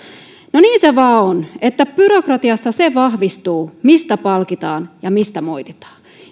mutta niin se vain on että byrokratiassa vahvistuu se mistä palkitaan ja mistä moititaan